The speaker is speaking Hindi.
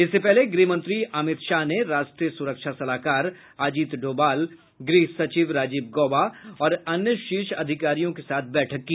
इससे पहले गृह मंत्री अमित शाह ने राष्ट्रीय सुरक्षा सलाहकार अजीत डोभाल गृह सचिव राजीव गौबा और अन्य शीर्ष अधिकारियों के साथ बैठक की